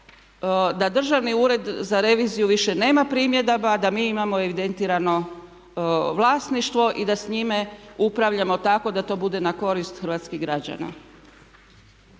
da Državni ured za reviziju više nema primjedaba, da mi imamo evidentirano vlasništvo i da s njime upravljamo tako da to bude na korist hrvatskih građana.